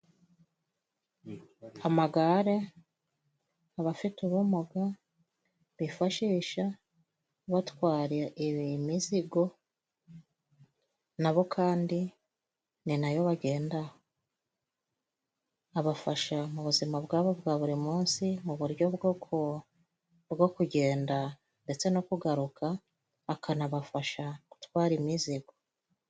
Amagare abafite ubumuga bifashisha batwara imizigo nabo kandi ni nayo bagendaho abafasha mu buzima, bwabo bwa buri munsi mu buryo bwo kugenda ndetse no kugaruka akanabafasha, gutwara imizigo.